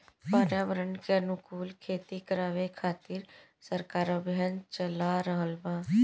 पर्यावरण के अनुकूल खेती करावे खातिर सरकार अभियान चाला रहल बा